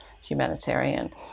humanitarian